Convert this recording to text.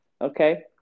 Okay